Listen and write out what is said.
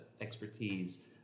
expertise